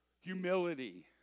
humility